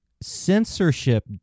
censorship